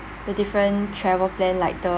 the different travel plan like the